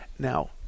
Now